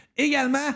Également